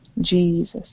Jesus